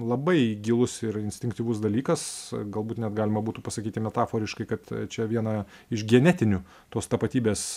labai gilus ir instinktyvus dalykas galbūt net galima būtų pasakyti metaforiškai kad čia viena iš genetinių tos tapatybės